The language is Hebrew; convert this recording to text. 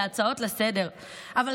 להצעות לסדר-היום.